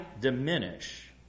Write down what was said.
diminish